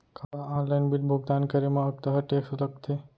का online bill भुगतान करे मा अक्तहा टेक्स लगथे?